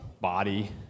Body